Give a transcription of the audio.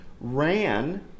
ran